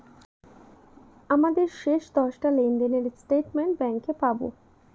আমাদের শেষ দশটা লেনদেনের স্টেটমেন্ট ব্যাঙ্কে পাবো